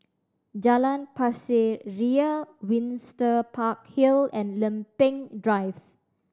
Jalan Pasir Ria Windsor Park Hill and Lempeng Drive